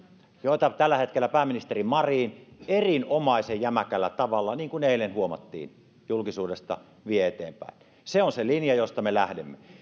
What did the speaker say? joita tällä hetkellä pääministeri marin erinomaisen jämäkällä tavalla niin kuin eilen huomattiin julkisuudesta vie eteenpäin se on se linja josta me lähdemme